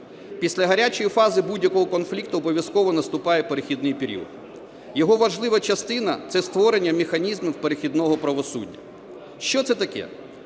Після гарячої фази будь-якого конфлікту обов'язково наступає перехідний період. Його важлива частина – це створення механізмів перехідного правосуддя. Що це таке?